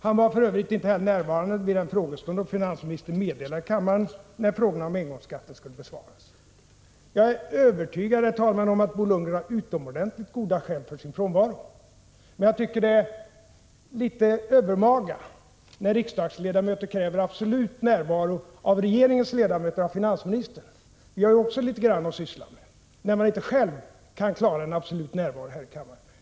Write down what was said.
Han var för övrigt inte heller närvarande vid den frågestund då finansministern meddelade kammaren när frågorna om engångsskatten skulle besvaras. Jag är övertygad om, herr talman, att Bo Lundgren har utomordentligt goda skäl för sin frånvaro. Men jag tycker det är litet övermaga när riksdagsledamöter kräver absolut närvaro av regeringens ledamöter, i det här fallet av finansministern — också vi har ju litet grand att syssla med — när de inte själva kan klara en absolut närvaro här i kammaren.